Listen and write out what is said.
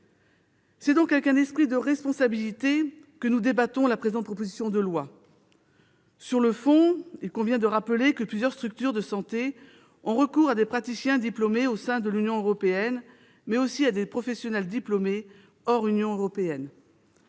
C'est donc avec un esprit de responsabilité que nous débattons de la présente proposition de loi. Sur le fond, il convient de rappeler que plusieurs structures de santé ont recours à des praticiens diplômés au sein de l'Union européenne, mais aussi à des professionnels diplômés hors Union européenne.